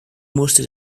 musste